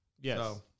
Yes